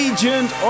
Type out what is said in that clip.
Agent